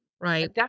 Right